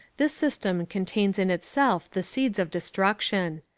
this system contains in itself the seeds of destruction.